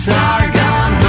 Sargon